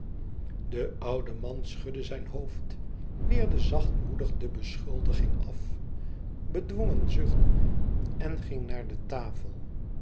de oude man schudde zijn hoofd weerde zachtmoedig de beschuldiging af bedwong een zucht en gmg naar de tafeu